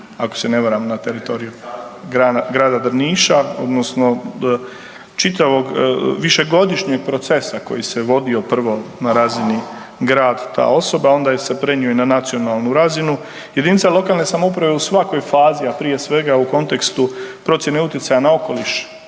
ako se ne varam na teritoriju grada Drniša odnosno čitavog višegodišnjeg procesa koji se vodio prvo na razini grad ta osoba, a onda se je prenio i na nacionalnu razinu. Jedinica lokalne samouprave u svakoj fazi, a prije svega u kontekstu procjene utjecaja na okoliš